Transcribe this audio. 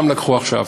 גם לקחו עכשיו,